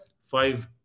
five